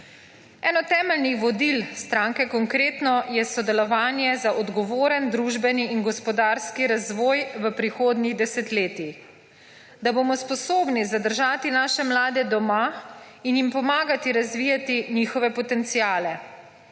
Eno temeljnih vodil stranke Konkretno je sodelovanje za odgovoren družbeni in gospodarski razvoj v prihodnjih desetletjih, da bomo sposobni zadržati naše mlade doma in jim pomagati razvijati njihove potenciale.